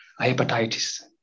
hepatitis